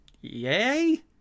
Yay